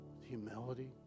humility